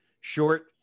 short